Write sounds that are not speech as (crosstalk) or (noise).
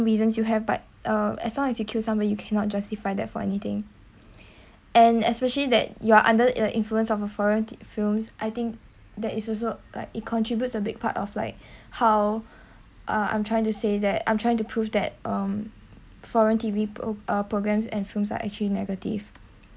reasons you have but uh as long as you kill somebody you cannot justify that for anything and especially that you are under the influence of a foreign films I think that is also like it contributes a big part of like (breath) how uh I'm trying to say that I'm trying to prove that um foreign T_V oh uh programmes and films are actually negative